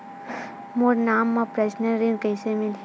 मोर नाम म परसनल ऋण कइसे मिलही?